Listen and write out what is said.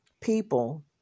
People